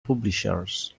publishers